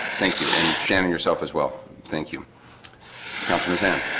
thank you and shannon yourself as well thank you councilman, sam